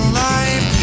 life